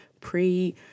pre